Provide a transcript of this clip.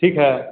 ठीक है